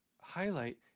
highlight